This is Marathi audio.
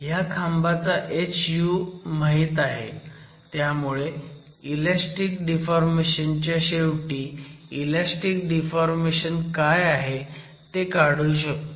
ह्या खांबाचा Hu माहीत आहे त्यामुळे इलॅस्टिक डिफॉर्मेशन च्या शेवटी इलॅस्टिक डिफॉर्मेशन काय आहे ते काढू शकतो